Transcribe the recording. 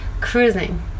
cruising